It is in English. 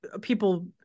people